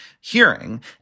hearing